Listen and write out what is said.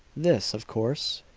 this, of course,